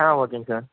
ஆ ஓகேங்க சார்